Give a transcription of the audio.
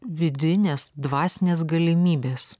vidinės dvasinės galimybės